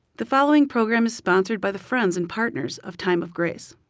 the following program is sponsored by the friends and partners of time of grace.